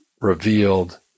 revealed